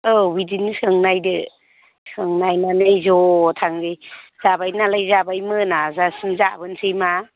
औ बिदिनो सोंनायदो सोंनायनानै ज' थांनि जाबाय नालाय जाबाय मोनाजासिम जाबोनोसैमा